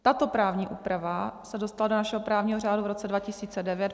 Tato právní úprava se dostala do našeho právního řádu v roce 2009.